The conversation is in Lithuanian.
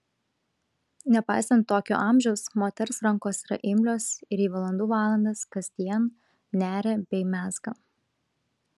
nepaisant tokio amžiaus moters rankos yra imlios ir ji valandų valandas kasdien neria bei mezga